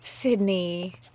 Sydney